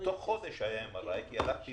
ותוך חודש היה MRI כי הלכתי